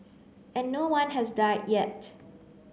and no one has died yet